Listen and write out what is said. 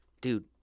Dude